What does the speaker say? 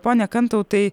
pone kantautai